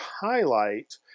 highlight